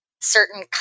certain